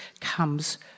comes